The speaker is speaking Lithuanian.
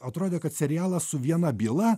atrodė kad serialas su viena byla